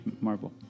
Marvel